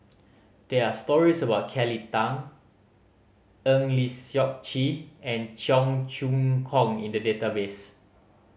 there are stories about Kelly Tang Eng Lee Seok Chee and Cheong Choong Kong in the database